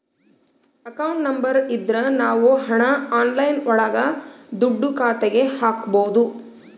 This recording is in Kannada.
ಅಕೌಂಟ್ ನಂಬರ್ ಇದ್ರ ನಾವ್ ಹಣ ಆನ್ಲೈನ್ ಒಳಗ ದುಡ್ಡ ಖಾತೆಗೆ ಹಕ್ಬೋದು